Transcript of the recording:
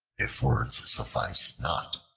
if words suffice not,